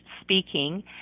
speaking